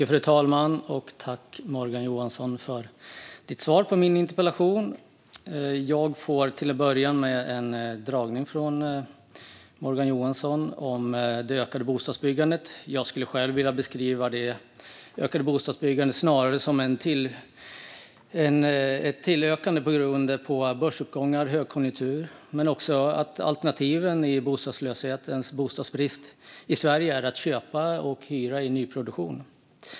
Fru talman! Tack, Morgan Johansson, för ditt svar på min interpellation! Morgan Johansson börjar med att ge mig en dragning om det ökade bostadsbyggandet. Jag skulle själv vilja beskriva det ökade bostadsbyggandet som något som snarast beror på börsuppgångar och högkonjunktur och på att alternativen i bostadslöshetens Sverige är att köpa och hyra i nyproduktion.